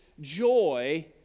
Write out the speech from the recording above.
joy